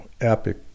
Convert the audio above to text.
epic